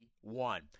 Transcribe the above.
one